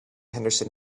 henderson